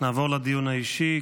נעבור לדיון האישי.